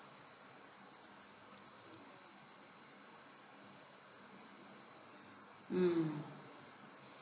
mm